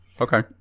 Okay